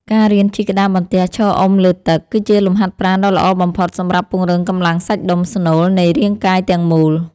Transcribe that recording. ការរៀនជិះក្តារបន្ទះឈរអុំលើទឹក គឺជាលំហាត់ប្រាណដ៏ល្អបំផុតសម្រាប់ពង្រឹងកម្លាំងសាច់ដុំស្នូលនៃរាងកាយទាំងមូល។